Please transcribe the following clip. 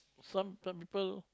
some some people